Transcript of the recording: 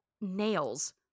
nails